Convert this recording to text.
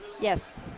Yes